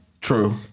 True